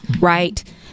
Right